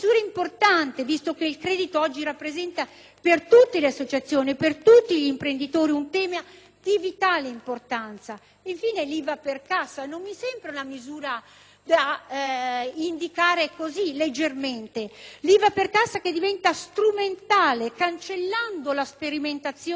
per tutti gli imprenditori un tema di vitale importanza. Infine, vorrei menzionare l'IVA per cassa, che non mi sembra una misura da considerare con leggerezza. L'IVA per cassa diventa strumentale, cancellando la sperimentazione dal 2009 al 2011 e consentendo